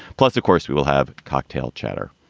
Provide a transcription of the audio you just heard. plus, of course, we will have cocktail chatter.